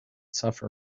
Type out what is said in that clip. suffer